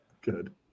Good